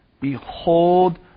behold